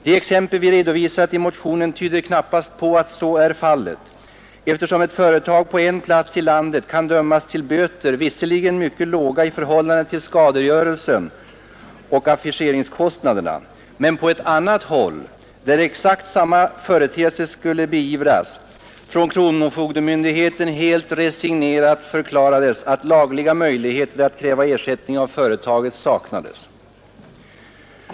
De exempel vi redovisat i motionen tyder knappast på att så är fallet, eftersom ett företag på en plats i landet kan dömas till böter, låt vara mycket låga i förhållande till skadegörelsen och affischeringskostnaderna, medan på ett annat håll, där exakt samma förseelse skulle beivras, från kronofogdemyndigheten helt resignerat förklarades att lagliga möjligheter att kräva ersättning av företaget saknades.